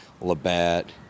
Labatt